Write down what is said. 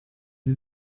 sie